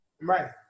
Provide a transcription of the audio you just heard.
Right